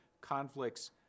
conflicts